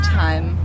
time